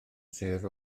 sêr